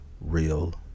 real